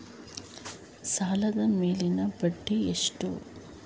ಸಾಲದ ಮೇಲಿನ ಬಡ್ಡಿ ಎಷ್ಟು?